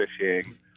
fishing